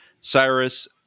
Cyrus